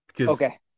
okay